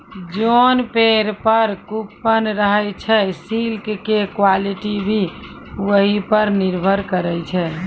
जोन पेड़ पर ककून रहै छे सिल्क के क्वालिटी भी वही पर निर्भर करै छै